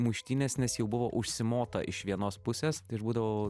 muštynes nes jau buvo užsimota iš vienos pusės tai aš būdavau